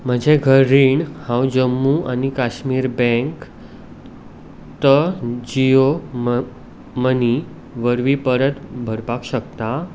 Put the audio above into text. म्हजें घर रीण हांव जम्मू आनी काश्मीर बँकेत जियो म मनी वरवीं परत भरपाक शकता